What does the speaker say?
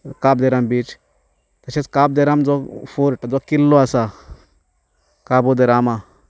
काब de Rama beach तशेंच काब दे राम जो fort जो किल्लो आसा काबो दे रामा